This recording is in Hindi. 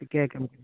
तो क्या कम करें